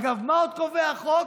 אגב, מה עוד קובע החוק?